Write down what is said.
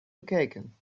bekeken